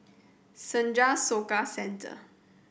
Senja Soka Centre